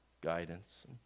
guidance